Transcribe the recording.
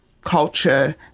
culture